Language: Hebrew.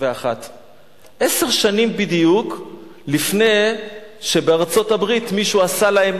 עשר שנים בדיוק לפני שבארצות-הברית מישהו עשה להם